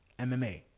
MMA